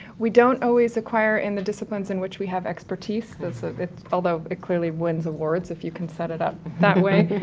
we don't always acquire in the disciplines in which we have expertise, ah the-although, it clearly wins awards if you can set it up that way,